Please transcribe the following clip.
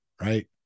right